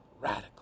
radical